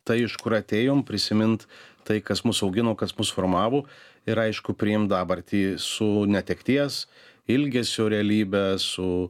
tai iš kur atėjom prisimint tai kas mus augino kas mus formavo ir aišku priimt dabartį su netekties ilgesio realybe su